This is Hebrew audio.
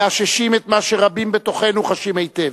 מאששים את מה שרבים בתוכנו חשים היטב: